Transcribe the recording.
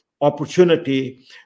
opportunity